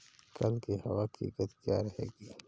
कल की हवा की गति क्या रहेगी?